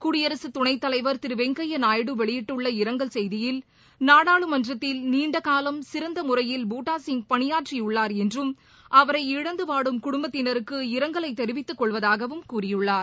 குடியரசுத்துணைத்தலைவர் திருவெங்கய்யாநாயுடு வெளியிட்டுள்ள இரங்கல் செய்தியில் நாடாளுமன்றத்தில் நீண்டகாலம் சிறந்தமுறையில் பூட்டாசிங் பணியாற்றியுள்ளார் என்றும் அவரை இழந்துவாடும் குடும்பத்தினருக்கு இரங்கலைதெரிவித்துக்கொள்வதாகவும் கூறியுள்ளார்